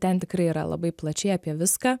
ten tikrai yra labai plačiai apie viską